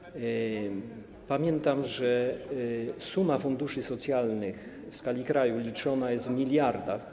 Pamiętam, że suma funduszy socjalnych w skali kraju liczona jest w miliardach.